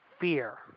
fear